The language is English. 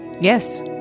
Yes